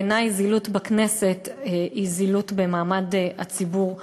ובעיני זילות הכנסת זה זילות מעמד הציבור כולו.